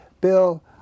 Bill